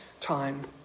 time